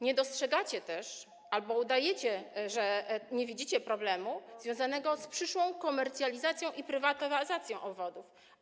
Nie dostrzegacie też - albo udajecie, że nie widzicie - problemu związanego z przyszłą komercjalizacją i prywatyzacją obwodów.